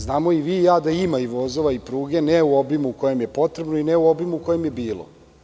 Znamo i vi i ja da ima i vozova i pruge, ne u obimu kojem je potrebno i ne u obimu kojem je bilo.